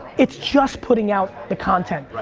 it's just putting out the content.